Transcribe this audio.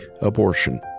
abortion